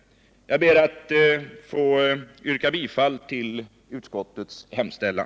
Jag ber att få yrka bifall till utskottets hemställan.